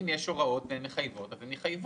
אם יש הוראות מחייבות אז הן יחייבו.